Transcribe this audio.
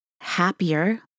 happier